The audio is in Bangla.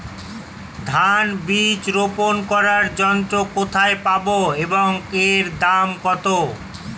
ধান বীজ রোপন করার যন্ত্র কোথায় পাব এবং এর দাম কত?